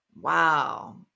Wow